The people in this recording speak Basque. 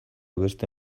beste